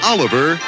Oliver